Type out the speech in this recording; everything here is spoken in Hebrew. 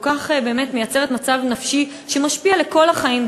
כל כך מייצרת מצב נפשי שמשפיע על כל החיים,